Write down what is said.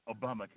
Obamacare